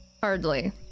Hardly